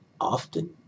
often